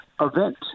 event